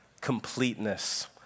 completeness